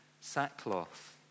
sackcloth